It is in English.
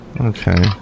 Okay